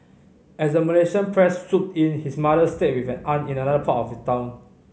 as the Malaysian press swooped in his mother stayed with an aunt in another part of town